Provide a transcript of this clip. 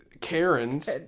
Karens